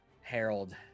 Harold